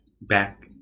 back